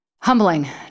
Humbling